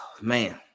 Man